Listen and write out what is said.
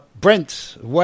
Brent